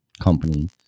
company